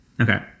Okay